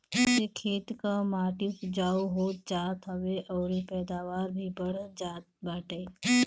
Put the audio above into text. एसे खेत कअ माटी उपजाऊ हो जात हवे अउरी पैदावार भी बढ़ जात बाटे